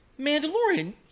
Mandalorian